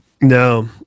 no